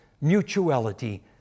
mutuality